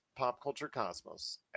popculturecosmos